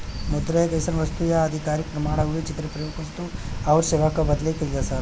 मुद्रा एक अइसन वस्तु या आधिकारिक प्रमाण हउवे जेकर प्रयोग वस्तु आउर सेवा क बदले कइल जाला